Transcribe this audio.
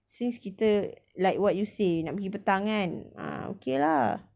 since kita like what you say nak pergi petang kan ah okay lah